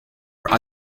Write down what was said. their